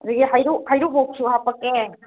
ꯑꯗꯒꯤ ꯍꯔꯤꯕꯣꯞꯁꯨ ꯍꯥꯞꯄꯛꯀꯦ